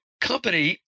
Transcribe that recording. company